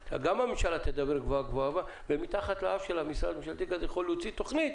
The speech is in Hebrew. גם הממשלה תדבר גבוה גבוה ומתחת לאף משרד ממשלתי יכול להוציא תוכנית